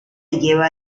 lleva